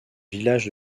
villages